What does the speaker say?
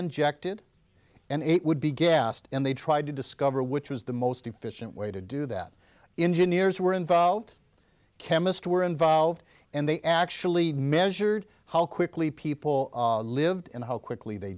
injected and it would be gassed and they tried to discover which was the most efficient way to do that engineers who were involved chemist were involved and they actually measured how quickly people lived and how quickly they